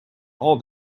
all